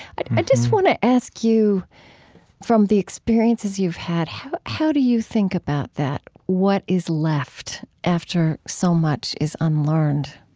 i just want to ask you from the experiences you've had, how how do you think about that? what is left after so much is unlearned?